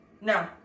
No